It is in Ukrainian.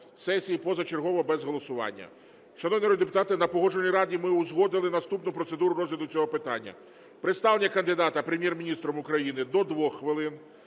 сесії позачергово без голосування. Шановні народні депутати, на Погоджувальній раді ми узгодили наступну процедуру розгляду цього питання. Представлення кандидата Прем'єр-міністром України – до 2 хвилин,